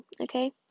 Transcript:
Okay